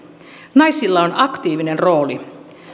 naisilla on aktiivinen rooli